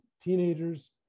teenagers